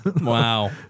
Wow